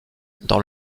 dans